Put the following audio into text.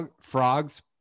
frogs